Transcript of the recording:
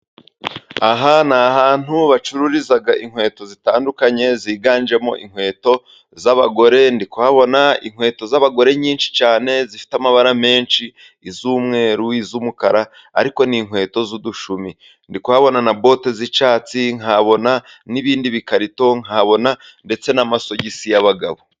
Aha ni ahantu bacururiza inkweto zitandukanye ziganjemo inkweto z'abagore. Ndikuhabona inkweto z'abagore nyinshi cyane zifite amabara menshi iz'umweru, z'umukara, ariko ni n'inkweto z'udushumi. Ndikuhabona na bote z'icyatsi, nkabona n'ibindi bikarito, nkabona ndetse n'amasogisi y'abagabo.